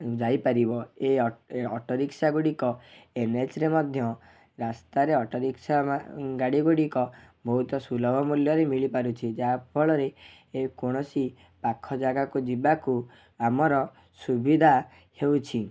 ଯାଇପାରିବ ଏ ଅଟୋରିକ୍ସା ଗୁଡ଼ିକ ଏନ୍ଏଚ୍ରେ ମଧ୍ୟ ରାସ୍ତାରେ ଅଟୋରିକ୍ସା ଗାଡ଼ି ଗୁଡ଼ିକ ବହୁତ ସୁଲଭ ମୂଲ୍ୟରେ ମିଳିପାରୁଛି ଯାହାଫଳରେ ଏ କୌଣସି ପାଖ ଜାଗାକୁ ଯିବାକୁ ଆମର ସୁବିଧା ହେଉଛି